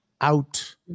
out